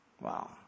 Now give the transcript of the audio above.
Wow